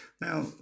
Now